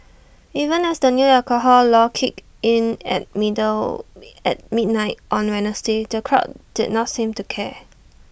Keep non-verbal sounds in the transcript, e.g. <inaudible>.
even as the new alcohol law kicked in at middle <noise> at midnight on Wednesday the crowd did not seem to care